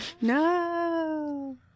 No